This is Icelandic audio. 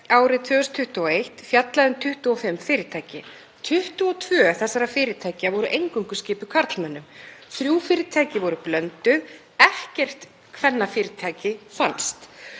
árið 2021 fjallaði um 25 fyrirtæki. 22 þessara fyrirtækja voru eingöngu skipuð karlmönnum, þrjú fyrirtæki voru blönduð, ekkert kvennafyrirtæki fannst.